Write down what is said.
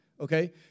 okay